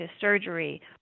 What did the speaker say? surgery